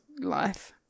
life